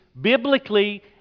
biblically